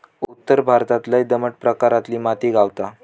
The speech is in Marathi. उत्तर भारतात लय दमट प्रकारातली माती गावता